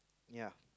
ya